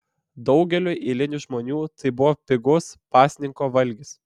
daugeliui eilinių žmonių tai buvo pigus pasninko valgis